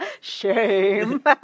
Shame